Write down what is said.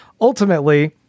ultimately